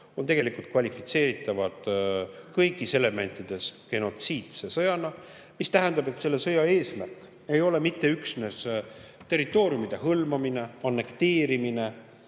on tegelikult kvalifitseeritav kõigis elementides genotsiidse sõjana. See tähendab, et selle sõja eesmärk ei ole mitte üksnes territooriumide hõivamine, annekteerimine,